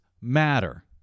matter